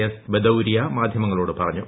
എസ്ട്ര്ബദൌരിയ മാധ്യമങ്ങളോട് പറഞ്ഞു